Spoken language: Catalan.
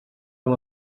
com